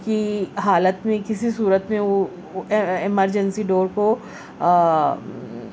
کی حالت میں کسی صورت میں وہ ایمرجنسی ڈور کو